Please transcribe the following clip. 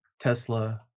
Tesla